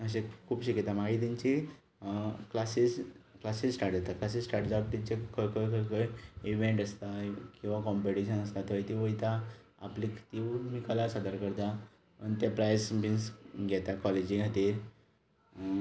अशें खुबशें किदें मागी तेंची क्लासीस क्लासी स्टाट जातकच क्लासी स्टाट जावन तेचें खंय खंय इवेंट आसता किंवां कंपिटीशना आसता थंय तीं वयता आपली तिवूय बी कला सादर करता आनी तें प्रायस बी घेता कॉलेजी खातीर